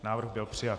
Návrh byl přijat.